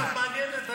אני מעניינת אותך.